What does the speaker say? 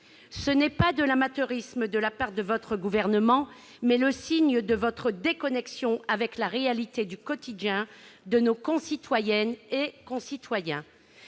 Ce n'est pas de l'amateurisme de la part de votre gouvernement, mais le signe de votre déconnexion avec la réalité du quotidien de nos concitoyennes et concitoyens.